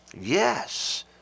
Yes